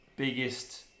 Biggest